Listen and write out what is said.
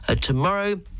tomorrow